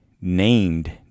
named